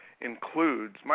includes